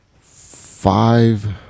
five